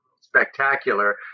spectacular